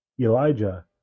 Elijah